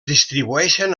distribueixen